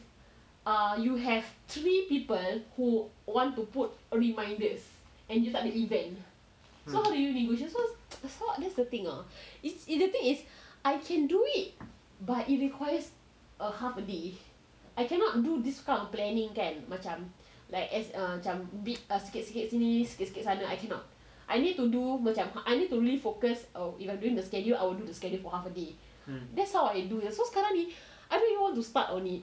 err you have three people who want to put reminders and you tak ada event so how do you negotiate so so that's the thing ah is it the thing is I can do it but it requires err half a day I cannot do this kind of planning kan macam like as a macam sikit-sikit sini sikit-sikit sana I cannot I need to do macam I need to really focus I need to do the schedule I will do the schedule for half a day that's how I do so sekarang ni so I don't even want to start on it